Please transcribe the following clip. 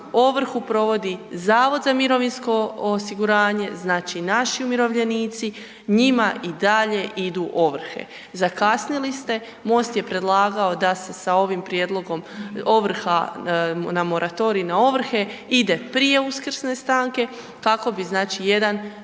ovrhu provodi HZMO, znači naši umirovljenici, njima i dalje idu ovrhe. Zakasnili ste, MOST je predlagao da se sa ovim prijedlogom ovrha na moratorij na ovrhe ide prije uskrsne stanke kako bi,